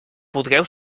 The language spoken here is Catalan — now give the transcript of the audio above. podreu